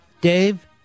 Dave